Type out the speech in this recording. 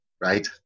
right